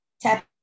tap